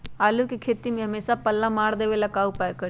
आलू के खेती में हमेसा पल्ला मार देवे ला का उपाय करी?